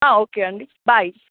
okay అండి bye